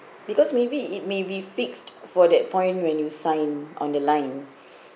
because maybe it may be fixed for that point when you sign on the line